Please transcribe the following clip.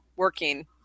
working